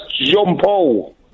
Jean-Paul